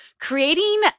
creating